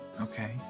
Okay